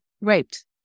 raped